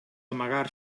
amagar